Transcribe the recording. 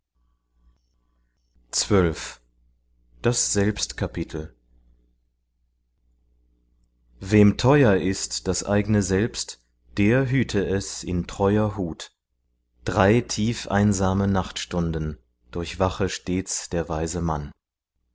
wem teuer ist das eigne selbst der hüte es in treuer hut drei tiefeinsame nachtstunden durchwache stets der weise mann